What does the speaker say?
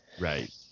Right